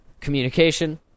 communication